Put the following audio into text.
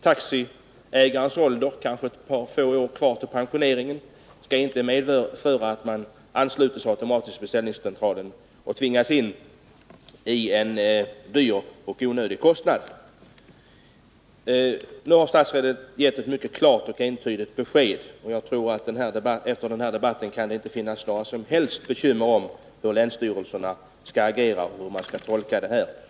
Taxiägare som kanske bara har ett par år kvar till pensioneringen skall inte automatiskt anslutas till en beställningscentral och påtvingas en hög och onödig kostnad. Nu har statsrådet gett ett mycket klart och entydigt besked. Jag tror att efter den här debatten kan det inte finnas några som helst tvivel om hur länsstyrelserna skall agera och tolka bestämmelserna.